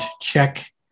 check